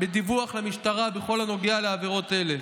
בדיווח למשטרה בכל הנוגע לעבירות אלה,